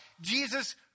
Jesus